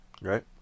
Right